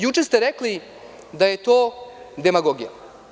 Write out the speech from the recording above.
Juče ste rekli da je to demagogija.